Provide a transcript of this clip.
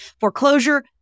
Foreclosure